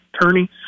attorney